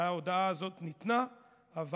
אבל